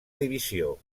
divisió